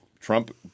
Trump